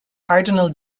cardinal